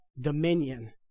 dominion